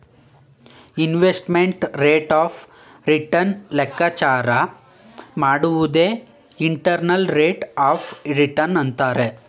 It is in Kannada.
ಇನ್ವೆಸ್ಟ್ಮೆಂಟ್ ರೇಟ್ ಆಫ್ ರಿಟರ್ನ್ ಲೆಕ್ಕಾಚಾರ ಮಾಡುವುದೇ ಇಂಟರ್ನಲ್ ರೇಟ್ ಆಫ್ ರಿಟರ್ನ್ ಅಂತರೆ